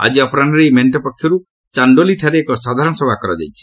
ଆକି ଅପରାହ୍କରେ ଏହି ମେଣ୍ଟ ପକ୍ଷରୁ ଚାଷ୍ଡୋଲିଠାରେ ଏକ ସାଧାରଣ ସଭା କରାଯାଇଛି